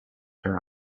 her